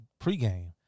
pregame